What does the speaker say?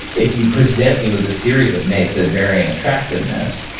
if you present me with a series of mates that vary in attractiveness,